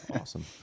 awesome